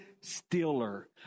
stealer